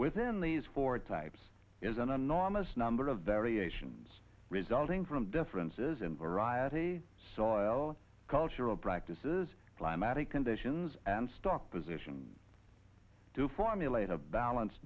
within these four types is an enormous number of variations resulting from differences in variety soil cultural practices climatic conditions and stock position to formulate a balance